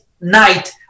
night